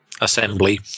assembly